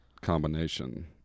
combination